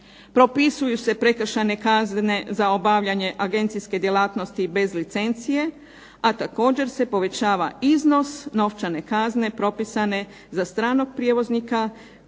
Propisuju se prekršajne kazne za obavljanje agencijske djelatnosti bez licencije, a također se povećava iznos novčane kazne propisane za stranog prijevoznika